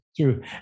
true